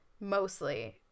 mostly